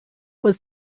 was